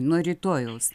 nuo rytojaus